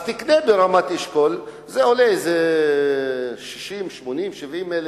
אז תקנה ברמת-אשכול, זה עולה איזה 60,000, 70,000,